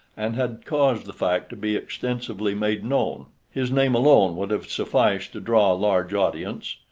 and had caused the fact to be extensively made known. his name alone would have sufficed to draw a large audience,